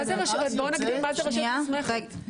נגדיר מה זאת רשות מוסמכת.